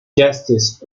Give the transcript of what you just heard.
justice